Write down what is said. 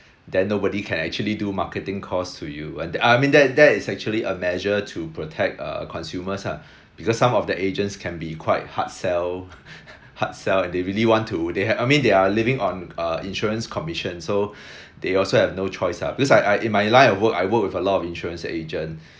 then nobody can actually do marketing calls to you when I mean that that is actually a measure to protect uh consumers lah because some of the agents can be quite hard sell hard sell and they really want to they I mean they're living on uh insurance commission so they also have no choice lah because I I in my life of work I work with a lot of insurance agent